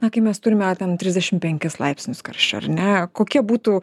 na kai mes turime ten trisdešimt penkis laipsnius karščio ar ne kokie būtų